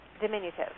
diminutive